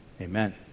Amen